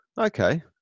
Okay